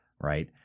right